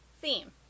theme